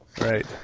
Right